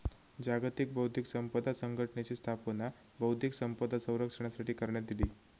जागतिक बौध्दिक संपदा संघटनेची स्थापना बौध्दिक संपदा संरक्षणासाठी करण्यात इली